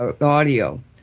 audio